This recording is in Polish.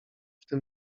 tym